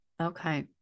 Okay